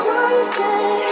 Monster